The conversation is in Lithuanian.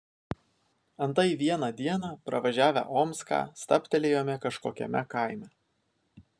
antai vieną dieną pravažiavę omską stabtelėjome kažkokiame kaime